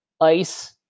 ice